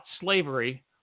slavery